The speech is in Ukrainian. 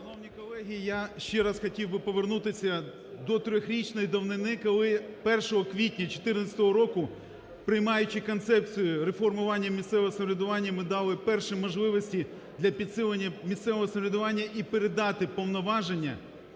Шановні колеги, я ще раз хотів би повернутися до трьохрічної давнини, коли першого квітня 2014 року, приймаючи концепцію реформування місцевого самоврядування ми дали перші можливості для підсилення місцевого самоврядування і передати повноваження